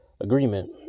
agreement